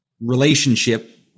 relationship